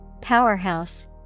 Powerhouse